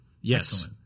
Yes